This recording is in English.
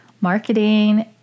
marketing